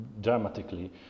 dramatically